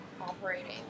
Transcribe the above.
operating